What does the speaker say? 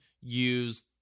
use